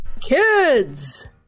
kids